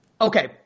Okay